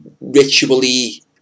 ritually